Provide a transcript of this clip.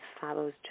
follows